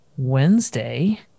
wednesday